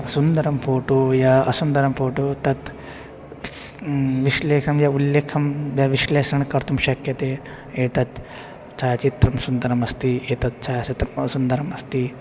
सुन्दरं फ़ोटो या असुन्दरं फ़ोटो तत् विश्लेषणं या उल्लेखं विश्लेषणं कर्तुं शक्यते एतत् छायाचित्रं सुन्दरम् अस्ति एतत् छायाचित्रम् असुन्दरम् अस्ति